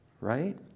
Right